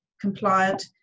compliant